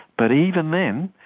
but even then,